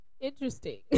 interesting